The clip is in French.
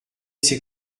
c’est